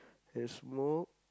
and smoke